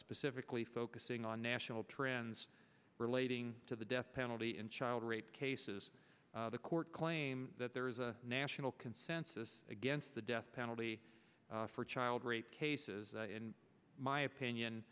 specifically focusing on national trends relating to the death penalty in child rape cases the court claim that there is a national consensus against the death penalty for child rape cases in my